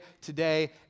today